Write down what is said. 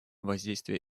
воздействие